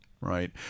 right